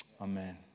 Amen